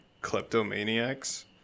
kleptomaniacs